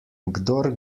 kdor